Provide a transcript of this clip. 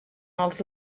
els